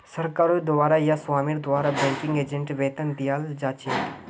सरकारेर द्वारे या स्वामीर द्वारे बैंकिंग एजेंटक वेतन दियाल जा छेक